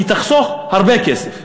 היא תחסוך הרבה כסף.